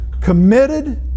committed